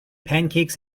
pancakes